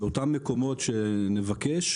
באותם מקומות שנבקש,